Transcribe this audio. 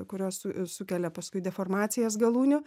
kurios sukelia paskui deformacijas galūnių